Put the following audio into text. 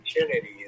opportunities